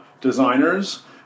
designers